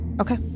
Okay